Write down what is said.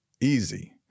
easy